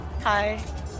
Hi